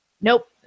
Nope